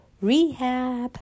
rehab